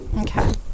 Okay